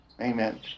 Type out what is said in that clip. Amen